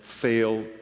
fail